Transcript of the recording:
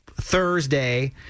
Thursday